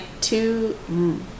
two